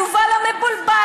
יובל המבולבל.